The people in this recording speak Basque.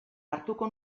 hartuko